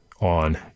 on